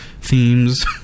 themes